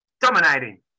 Dominating